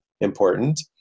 important